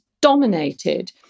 dominated